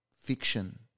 Fiction